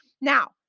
Now